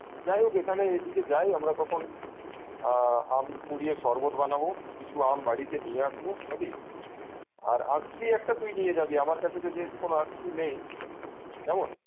যাইহোক এখানে এদিকে যাই আমরা তখন আম পুড়িয়ে শরবত বানাবো কিছু আম বাড়িতে নিয়ে আসবো নাকি আর আঁকশি একটা তুই নিয়ে যাবি আমার কাছে তো যেহেতু কোনো আঁকশি নেই কেমন